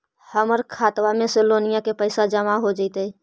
हमर खातबा में से लोनिया के पैसा जामा हो जैतय?